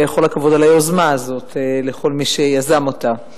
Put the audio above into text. כל הכבוד על היוזמה הזאת, לכל מי שיזם אותה.